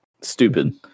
stupid